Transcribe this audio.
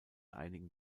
einigen